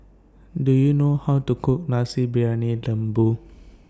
Do YOU know How to Cook Nasi Briyani Lembu